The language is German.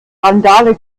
randale